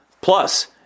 Plus